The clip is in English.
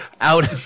out